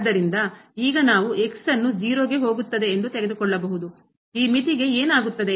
ಆದ್ದರಿಂದ ಈಗ ನಾವು ಅನ್ನು ಗೆ ಹೋಗುತ್ತದೆ ಎಂದು ತೆಗೆದುಕೊಳ್ಳಬಹುದು ಈ ಮಿತಿಗೆ ಏನಾಗುತ್ತದೆ